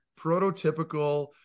prototypical